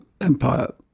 empire